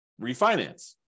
refinance